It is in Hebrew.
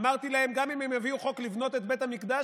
אמרתי להם: גם אם הם יביאו חוק לבנות את בית המקדש,